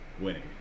Winning